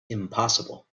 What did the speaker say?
impossible